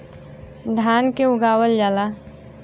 धान के उगावल जाला